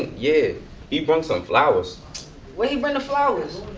yeah he brung some flowers why he bring the flowers?